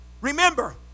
Remember